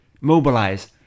mobilize